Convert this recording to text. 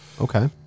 okay